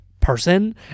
person